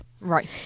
Right